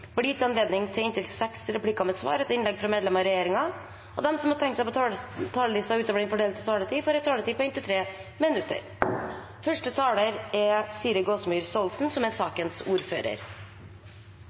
gitt anledning til inntil tre replikker med svar etter innlegg fra partienes hovedtalere og inntil seks replikker med svar etter innlegg fra medlemmer av regjeringen, og de som måtte tegne seg på talerlisten utover den fordelte taletid, får en taletid på inntil 3 minutter.